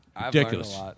Ridiculous